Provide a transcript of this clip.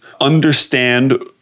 understand